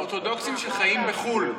האורתודוקסים שחיים בחו"ל,